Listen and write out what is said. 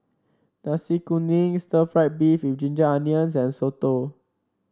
Nasi Kuning Stir Fried Beef with Ginger Onions and soto